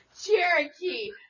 Cherokee